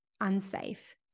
unsafe